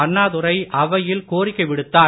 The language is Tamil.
அன்னாதுரை அவையில் கோரிக்கை விடுத்தார்